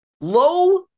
low